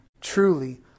truly